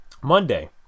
Monday